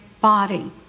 body